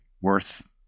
worth